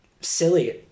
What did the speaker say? silly